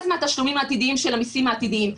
מהתשלומים העתידיים של המיסים העתידיים.